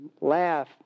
laugh